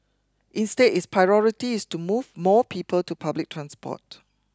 instead its priority is to move more people to public transport